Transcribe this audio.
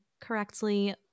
correctly